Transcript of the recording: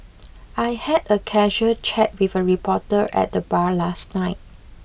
I had a casual chat with a reporter at the bar last night